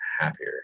happier